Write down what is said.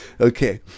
okay